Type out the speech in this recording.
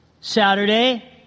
Saturday